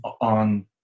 on